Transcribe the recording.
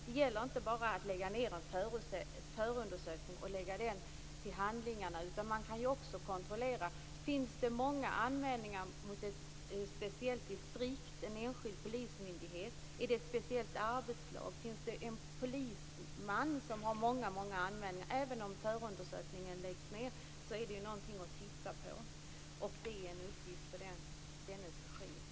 Det gäller inte bara att lägga ned en förundersökning och lägga den till handlingarna. Man bör också kontrollera om det har gjorts många anmälningar mot ett speciellt distrikt, en enskild polismyndighet eller ett speciellt arbetslag. Man bör titta närmare på om det har gjorts många anmälningar mot en polisman, även om förundersökningen läggs ned. Det är i så fall en uppgift för dennes chef.